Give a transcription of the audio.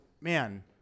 man